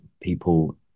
people